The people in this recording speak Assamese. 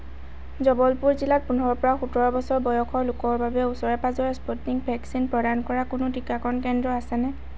জবলপুৰ জিলাত পোন্ধৰৰ পৰা সোতৰ বছৰ বয়সৰ লোকৰ বাবে ওচৰে পাঁজৰে স্পুটনিক ভেকচিন প্ৰদান কৰা কোনো টীকাকৰণ কেন্দ্ৰ আছেনে